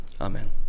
Amen